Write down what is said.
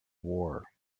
war